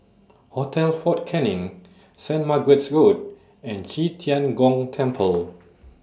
Hotel Fort Canning Saint Margaret's Road and Qi Tian Gong Temple